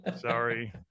Sorry